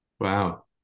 Wow